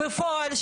בפועל,